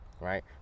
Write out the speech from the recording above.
right